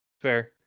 fair